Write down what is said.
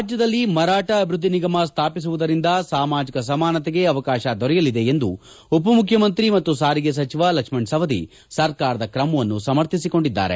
ರಾಜ್ಯದಲ್ಲಿ ಮರಾಠ ಅಭಿವೃದ್ದಿ ನಿಗಮ ಸ್ವಾಪಿಸುವುದರಿಂದ ಸಾಮಾಜಿಕ ಸಮಾನತೆಗೆ ಅವಕಾಶ ದೊರೆಯಲಿದೆ ಎಂದು ಉಪಮುಖ್ಯಮಂತ್ರಿ ಮತ್ತು ಸಾರಿಗೆ ಸಚಿವ ಲಕ್ಷ್ಮಣ ಸವದಿ ಸರ್ಕಾರದ ಕ್ರಮವನ್ನು ಸಮರ್ಥಿಸಿಕೊಂಡಿದ್ದಾರೆ